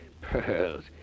Pearls